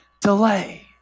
delay